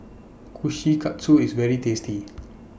Kushikatsu IS very tasty